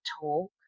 talk